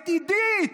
את עידית.